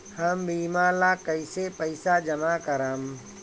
हम बीमा ला कईसे पईसा जमा करम?